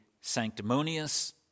sanctimonious